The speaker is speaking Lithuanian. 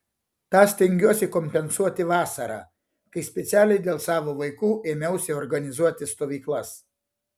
tą stengiuosi kompensuoti vasarą kai specialiai dėl savo vaikų ėmiausi organizuoti stovyklas